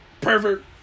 pervert